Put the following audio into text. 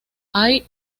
hay